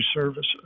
services